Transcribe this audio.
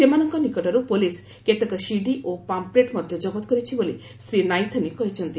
ସେମାନଙ୍କ ନିକଟରୁ ପୁଲିସ୍ କେତେକ ସିଡି ଓ ପାମ୍ପ୍ଲେଟ୍ ମଧ୍ୟ ଜବତ କରିଛି ବୋଲି ଶ୍ରୀ ନାଇଥାନି କହିଛନ୍ତି